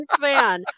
fan